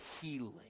healing